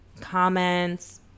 comments